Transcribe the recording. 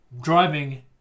Driving